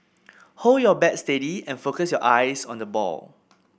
hold your bat steady and focus your eyes on the ball